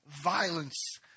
Violence